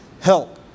help